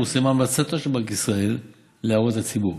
פורסמה המלצתו של בנק ישראל להערות הציבור.